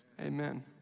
Amen